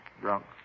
Drunk